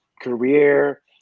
career